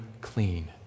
clean